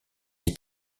est